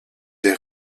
des